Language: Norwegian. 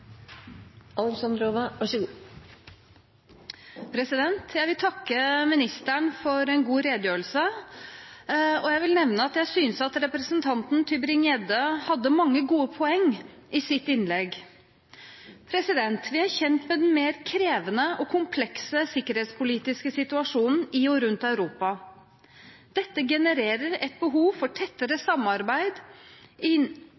hadde mange gode poenger i sitt innlegg. Vi er kjent med den mer krevende og komplekse sikkerhetspolitiske situasjonen i og rundt Europa. Dette genererer et behov for tettere